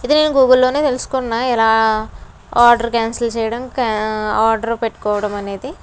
ఇది నేను గూగుల్లోనే తెలుసుకున్న ఇలా ఆర్డర్ క్యాన్సిల్ చేయడం ఆర్డర్ పెట్టుకోవడం అనేది